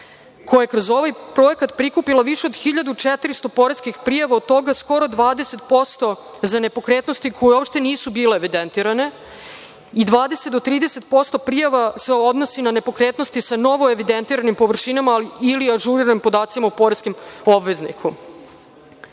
koja je kroz ovaj projekat prikupila više od 1.400 poreskih prijava, od toga skoro 20% za nepokretnosti koje uopšte nisu bile evidentirane i 20 do 30% prijava se odnosi na nepokretnosti sa novoevidentiranim površinama ili ažuriranim podacima o poreskim obveznikom. Ukupno